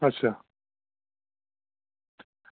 अच्छा